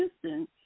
Houston